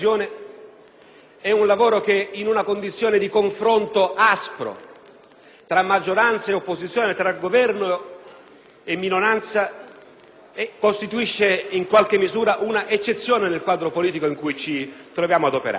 occasione, in una condizione di confronto aspro tra maggioranza e opposizione, tra Governo e minoranza, costituisce in qualche misura un'eccezione nel quadro politico in cui ci troviamo ad operare.